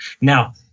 Now